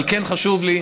אבל כן חשוב לי,